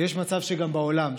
ויש מצב שגם בעולם.